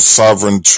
sovereign